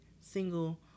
single